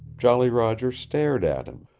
jolly roger stared at him.